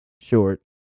short